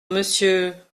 monsieur